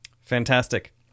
Fantastic